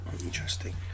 interesting